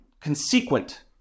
consequent